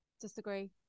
Disagree